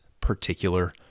particular